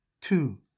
Two